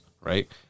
right